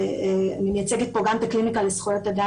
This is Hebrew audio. ואני מייצגת פה גם את הקליניקה לזכויות אדם